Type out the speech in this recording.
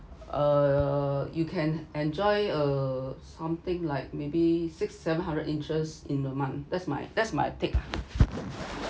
uh you can enjoy uh something like maybe six seven hundred interest in a month that's my that's my take